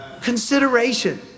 Consideration